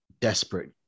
desperate